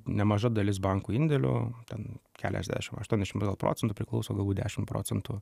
nemaža dalis bankų indėlių ten keliasdešimt aštuoniasdešim procentų priklauso gal būt dešim procentų